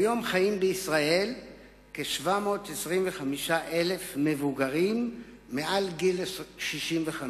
כיום חיים בישראל כ-725,000 מבוגרים מעל גיל 65,